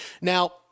Now